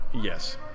Yes